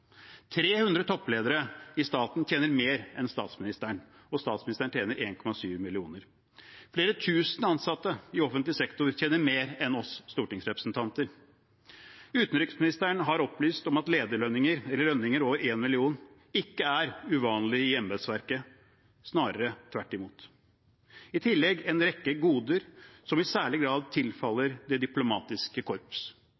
300 toppledere i staten tjener mer enn statsministeren, og statsministeren tjener 1,7 mill. kr. Flere tusen ansatte i offentlig sektor tjener mer enn oss stortingsrepresentanter. Utenriksministeren har opplyst om at lederlønninger eller lønninger over 1 mill. kr ikke er uvanlig i embetsverket, snarere tvert imot. I tillegg er det en rekke goder som i særlig grad